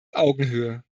augenhöhe